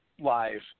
live